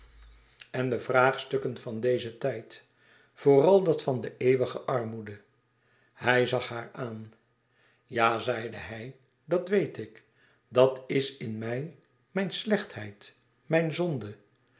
en de vraagstukken van dezen tijd vooral dat van de eeuwige armoede hij zag haar aan ja zeide hij dat weet ik dat is in mij mijn slechtheid mijn zonde